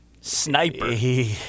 Sniper